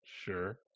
Sure